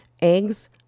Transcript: Eggs